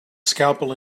scalpel